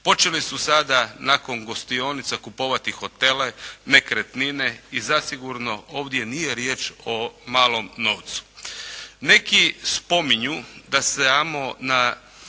Počeli su sada nakon gostionica kupovati hotele, nekretnine i zasigurno ovdje nije riječ o malom novcu. Neki spominju da se samo